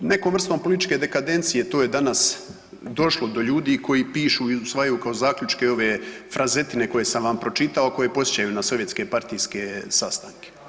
Nekom vrstom političke dekadencije to je danas došlo do ljudi koji pišu, usvajaju kao zaključke ove frazetine koje sam vam pročitao koje podsjećaju na sovjetske, partijske sastanke.